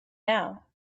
now